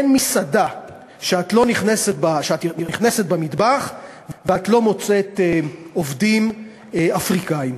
אין מסעדה שאת נכנסת למטבח שם ואת לא מוצאת עובדים אפריקנים.